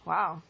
Wow